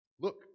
Look